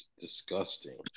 Disgusting